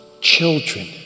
children